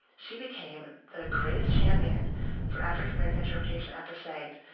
she became and the greatest champion for african-american interpretation at the site.